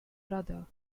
brother